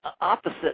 opposite